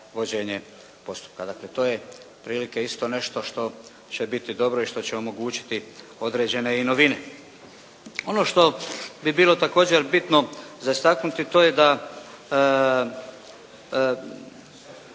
vođenje postupka. Dakle to je otprilike isto nešto što će biti dobro i što će omogućiti određene i novine. Ono što bi bilo također bitno za istaknuti to je da